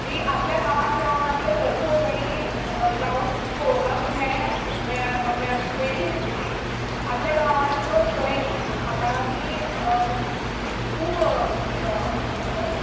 जी आपल्या गांवान रावून आपले सरभोंवतणीं रावून पळोवपाक मेळनासत मेळ मेळप मेळची नाशिल्ली आपल्या गांवातलो सैम हाका आमी खूब